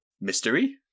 mystery